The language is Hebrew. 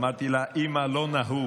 אמרתי לה: אימא, לא נהוג.